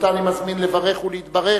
ואני מזמין אותה לברך ולהתברך.